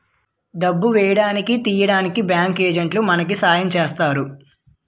డబ్బు వేయడానికి తీయడానికి బ్యాంకు ఏజెంట్లే మనకి సాయం చేస్తారు